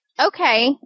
okay